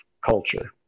culture